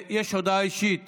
יש הודעה אישית